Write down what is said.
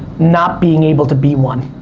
not being able to be one.